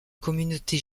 communauté